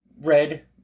red